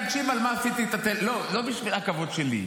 תקשיב על מה עשיתי, לא בשביל הכבוד שלי.